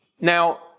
Now